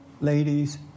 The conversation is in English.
ladies